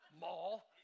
mall